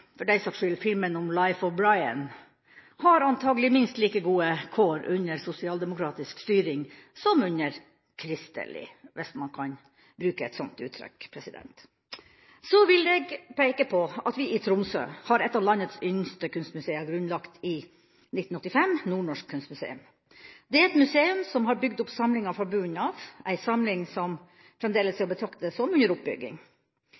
for den saks skyld i filmen «Life of Brian», har antagelig minst like gode kår under sosialdemokratisk styre som under kristelig styre, hvis man kan bruke et sånt uttrykk. Så vil jeg peke på at vi i Tromsø har et av landets yngste kunstmuseer, grunnlagt i 1985 – Nordnorsk Kunstmuseum. Dette er et museum som har bygd opp samlinga fra bunnen av, en samling som fremdeles er å betrakte som under oppbygging.